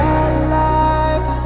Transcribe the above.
alive